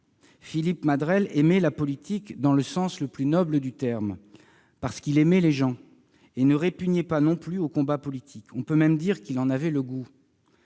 Philippe Madrelle aimait la politique dans le sens le plus noble du terme, parce qu'il aimait les gens et ne répugnait pas non plus au combat politique- on peut même dire qu'il en avait le goût.